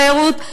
בתיירות.